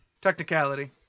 technicality